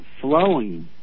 flowing